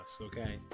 okay